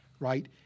right